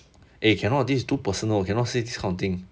eh cannot this is too personal you cannot say this kind of thing